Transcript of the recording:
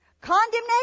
Condemnation